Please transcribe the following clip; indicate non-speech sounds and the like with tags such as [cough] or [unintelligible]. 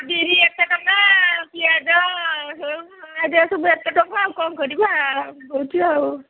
ବିରି ଏତେ ଟଙ୍କା ପିଆଜ ସବୁ [unintelligible] ଏତେ ଟଙ୍କା ଆଉ କ'ଣ କରିବା କହୁଛି ଆଉ